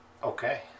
Okay